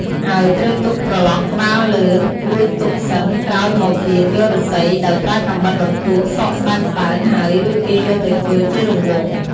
ហើយត្រូវទុកប្រឡោះក្បាលលើ រួចទុកសិនក្រោយមកទៀតយកឫស្សីដោយប្រើកាំបិតបន្ទោះសកស្តើងៗហើយ រួចគេយកទៅធ្វើជារង្វង់។